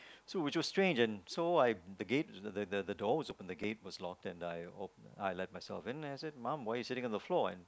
so which was strange and so I the gate the the the door was open the gate was locked and I I let myself in and I said mom why are you sitting on the floor and